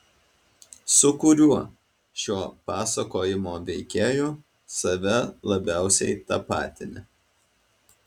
su kuriuo šio pasakojimo veikėju save labiausiai tapatini